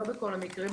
לא בכל המקרים.